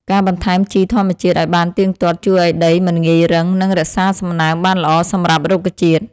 ការបន្ថែមជីធម្មជាតិឱ្យបានទៀងទាត់ជួយឱ្យដីមិនងាយរឹង និងរក្សាសំណើមបានល្អសម្រាប់រុក្ខជាតិ។